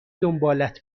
دنبالت